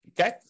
Okay